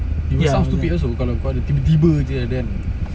you will sound stupid also kalau kau ada tiba-tiba jer adakan